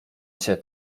się